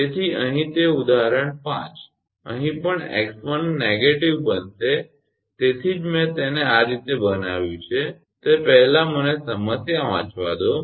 તેથી અહીં તે ઉદાહરણ 5 અહીં પણ 𝑥1 નકારાત્મક બનશે તેથી જ મેં તેને આ રીતે બનાવ્યું છે તે પહેલાં મને સમસ્યા વાંચવા દો